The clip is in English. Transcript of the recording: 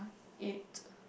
it